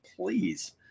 please